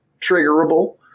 triggerable